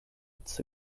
its